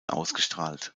ausgestrahlt